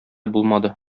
булмады